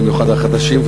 במיוחד החדשים,